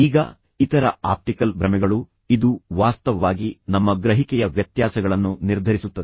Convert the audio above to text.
ಈಗ ಇತರ ಆಪ್ಟಿಕಲ್ ಭ್ರಮೆಗಳು ಇದು ವಾಸ್ತವವಾಗಿ ನಮ್ಮ ಗ್ರಹಿಕೆಯ ವ್ಯತ್ಯಾಸಗಳನ್ನು ನಿರ್ಧರಿಸುತ್ತದೆ